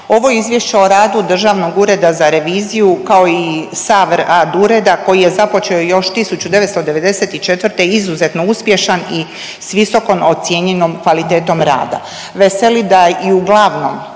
Ovo je Izvješće o radu Državnog ureda za reviziju kao i sav rad ureda koji je započeo još 1994. izuzetno uspješan i s visokom ocijenjenom kvalitetom rada.